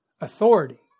authority